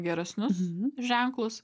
geresnius ženklus